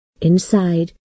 Inside